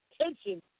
tension